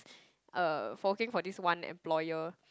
uh working for this one employer